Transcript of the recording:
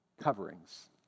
coverings